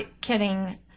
kidding